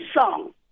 song